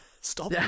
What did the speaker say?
Stop